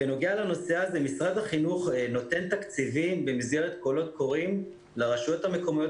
משרד החינוך נותן תקציבים במסגרת קולות קוראים לרשויות המקומיות